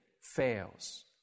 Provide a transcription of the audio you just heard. fails